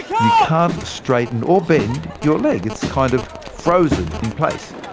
you can't straighten or bend your leg it's kind of frozen in place.